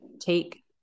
take